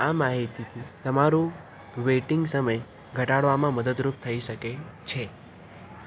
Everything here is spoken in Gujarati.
આ મહિતી તમારો વેટિંગ સમય ઘટાડવામાં મદદરૂપ થઈ શકે છે